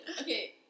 Okay